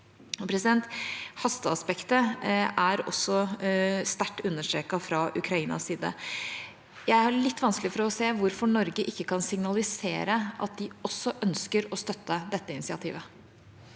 Hasteaspektet er også sterkt understreket fra Ukrainas side. Jeg har litt vanskelig for å se hvorfor Norge ikke kan signalisere at de også ønsker å støtte dette initiativet.